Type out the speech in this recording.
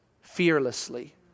fearlessly